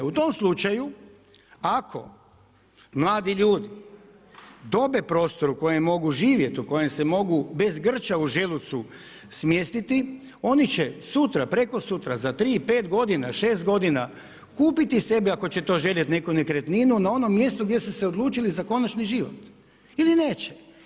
U tom slučaju, ako mladi ljudi, tome prostoru u kojem mogu živjeti u kojem se mogu bez grča u želucu smjestiti, oni će sutra, prekosutra za 3, 5, 6 godina kupiti sebi, ako će to željeti neku nekretninu na onom mjestu gdje su se odlučili za konačni život ili neće.